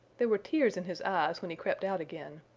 there were tears in his eyes when he crept out again.